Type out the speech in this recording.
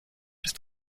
ist